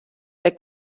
der